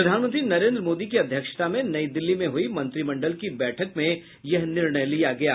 प्रधानमंत्री नरेन्द्र मोदी की अध्यक्षता में नई दिल्ली में हुई मंत्रिमंडल की बैठक में ये निर्णय लिये गये